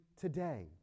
today